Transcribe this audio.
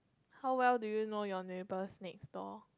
how well do you know your neighbor next door